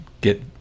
get